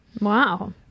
Wow